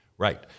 Right